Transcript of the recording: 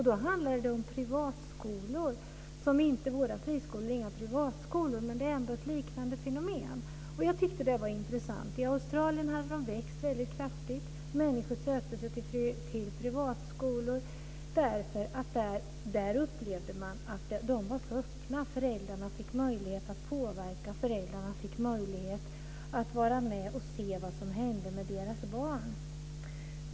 Då handlade det om privatskolor. Våra friskolor är inga privatskolor, men det är ändå ett liknande fenomen. Jag tyckte att det var intressant. I Australien hade skolorna vuxit väldigt kraftigt. Människor sökte sig till privatskolor därför att de upplevde att de var så öppna. Föräldrarna fick möjlighet att påverka. Föräldrarna fick möjlighet att vara med och se vad som hände med deras barn.